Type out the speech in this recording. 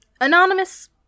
anonymous